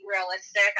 realistic